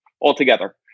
altogether